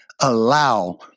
allow